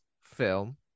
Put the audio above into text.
film